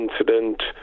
incident